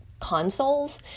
consoles